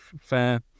fair